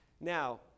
Now